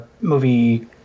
movie